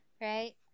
right